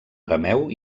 arameu